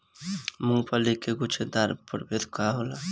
मूँगफली के गुछेदार प्रभेद कौन होला?